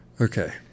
Okay